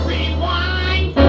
Rewind